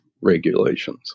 regulations